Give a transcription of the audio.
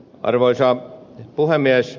arvoisa puhemies